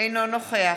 אינו נוכח